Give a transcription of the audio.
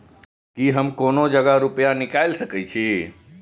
की हम कोनो जगह रूपया निकाल सके छी?